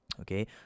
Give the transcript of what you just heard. okay